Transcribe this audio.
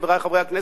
חברי חברי הכנסת,